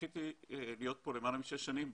זכיתי להיות בוועדה למעלה משש שנים,